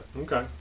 Okay